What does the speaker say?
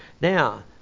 Now